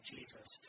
Jesus